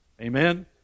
Amen